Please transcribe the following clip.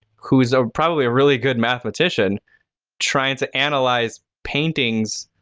who's ah probably a really good mathematician trying to analyze paintings.